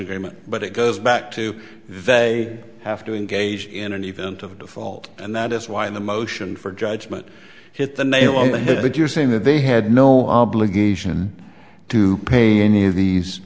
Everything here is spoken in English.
agreement but it goes back to valet have to engage in an event of default and that is why the motion for judgment hit the nail on the head but you're saying that they had no obligation to pay any of these